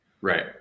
Right